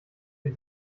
den